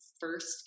first